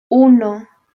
uno